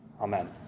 Amen